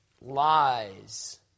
Lies